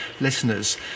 listeners